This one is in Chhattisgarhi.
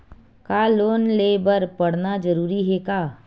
का लोन ले बर पढ़ना जरूरी हे का?